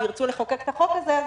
וירצו לחוקק את החוק הזה,